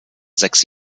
sechs